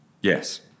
Yes